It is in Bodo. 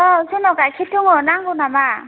औ जोंनाव गाइखेर दङ नांगौ नामा